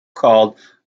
called